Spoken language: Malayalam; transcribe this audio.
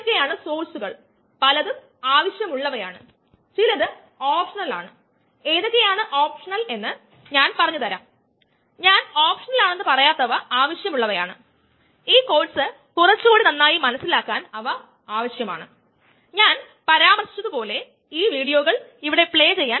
ESEt E ഇപ്പോൾനമ്മൾ സാന്ദ്രത പ്ലോട്ട് ചെയുകയാണെകിൽ സബ്സ്ട്രേറ്റ് എന്ന് പറയട്ടെ ഉത്പന്നവും എൻസൈമ് സബ്സ്ട്രേറ്റ് സാന്ദ്രതയും അത് വേർസ്സ് ടൈം റിയാക്ഷൻ മുന്നോട്ട് പോകുമ്പോൾ ഇത് ഇതുപോലെയായിരിക്കും